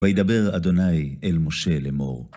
וידבר אדוני אל משה לאמור.